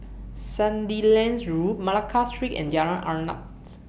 Sandilands Road Malacca Street and Jalan Arnaps